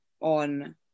on